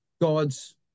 God's